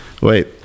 Wait